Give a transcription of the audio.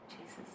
Jesus